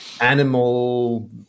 animal